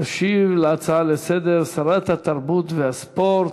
תשיב על ההצעה לסדר-היום שרת התרבות והספורט,